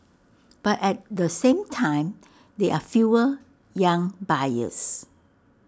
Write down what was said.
but at the same time there are fewer young buyers